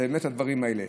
זה באמת הדברים האלה.